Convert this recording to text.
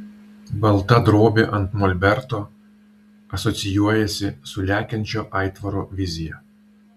balta drobė ant molberto asocijuojasi su lekiančio aitvaro vizija